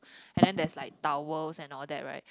and then that's like towels and all that right